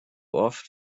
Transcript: oft